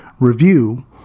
review